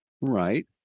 right